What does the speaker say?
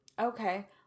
okay